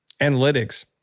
analytics